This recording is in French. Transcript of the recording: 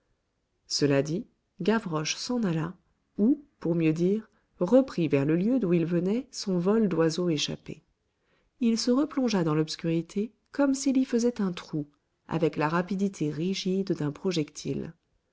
cela dit gavroche s'en alla ou pour mieux dire reprit vers le lieu d'où il venait son vol d'oiseau échappé il se replongea dans l'obscurité comme s'il y faisait un trou avec la rapidité rigide d'un projectile